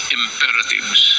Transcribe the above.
imperatives